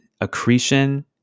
accretion